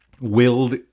willed